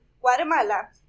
Guatemala